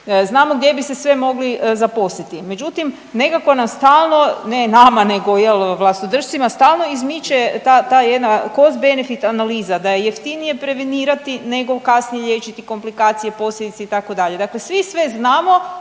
znamo gdje bi se sve mogli zaposliti. Međutim, nekako nas stalno, ne nama, nego je li, vlastodršcima stalno izmiče ta, ta jedna cost benefit analiza, da je jeftinije prevenirati nego kasnije liječiti komplikacije, posljedice, itd., dakle svi sve znamo,